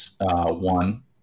One